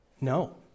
No